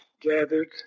gathered